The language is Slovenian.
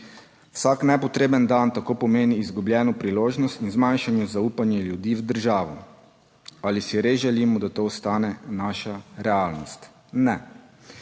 Vsak nepotreben dan tako pomeni izgubljeno priložnost in zmanjšano zaupanje ljudi v državo. Ali si res želimo, da to ostane naša realnost? Ne.